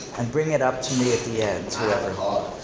and bring it up to me at the end, whoever.